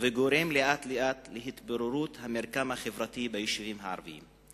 וגורם לאט-לאט להתפוררות המרקם החברתי ביישובים הערביים.